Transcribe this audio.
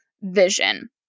vision